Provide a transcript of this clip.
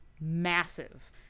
massive